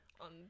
on